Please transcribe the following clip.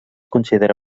considera